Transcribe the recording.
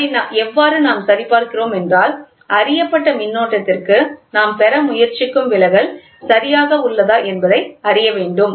அதை எவ்வாறு நாம் சரிபார்க்கிறோம் என்றால் அறியப்பட்ட மின்னோட்டத்திற்கு நாம் பெற முயற்சிக்கும் விலகல் சரியாக உள்ளதா என்பதை அறிய வேண்டும்